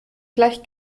gleich